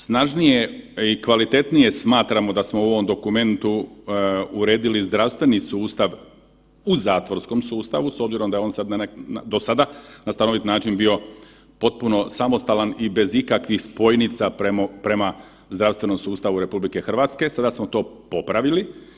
Snažnije i kvalitetnije smatramo da smo u ovom dokumentu uredili zdravstveni sustav u zatvorskom sustavu s obzirom da je on sad na neki, do sada na stanovit način bio potpuno samostalan i bez ikakvih spojnica prema zdravstvenom sustavu RH, sada smo to popravili.